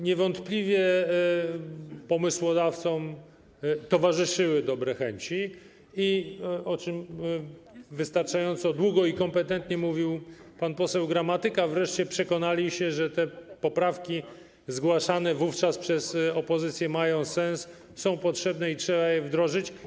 Niewątpliwie pomysłodawcom towarzyszyły dobre chęci i - o czym wystarczająco długo i kompetentnie mówił pan poseł Gramatyka - wreszcie przekonali się, że te poprawki zgłaszane wówczas przez opozycję mają sens, są potrzebne i trzeba je wdrożyć.